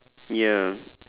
ya